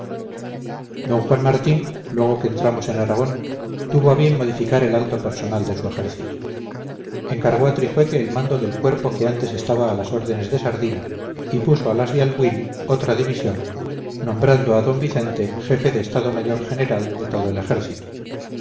d juan martín luego que entramos en aragón tuvo a bien modificar el alto personal de su ejército encargó a trijueque el mando del cuerpo que antes estaba a las órdenes de sardina y puso a las de albuín otra división nombrando al d vicente jefe de estado mayor general de todo el ejército